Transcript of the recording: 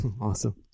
Awesome